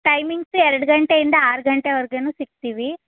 timings ಎರಡು ಗಂಟೆಯಿಂದ ಆರು ಗಂಟೆವರೆಗೂ ಸಿಕ್ತೀವಿ